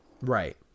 Right